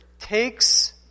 takes